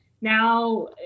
now